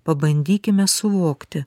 pabandykime suvokti